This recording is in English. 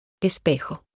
Espejo